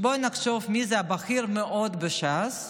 בואו נחשוב מי זה הבכיר מאוד בש"ס,